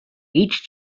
each